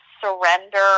surrender